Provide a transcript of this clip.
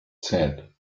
said